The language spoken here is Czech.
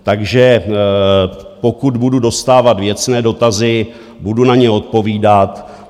Takže pokud budu dostávat věcné dotazy, budu na ně odpovídat.